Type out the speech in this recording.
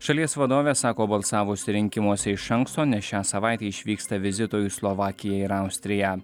šalies vadovė sako balsavusi rinkimuose iš anksto nes šią savaitę išvyksta vizito į slovakiją ir austriją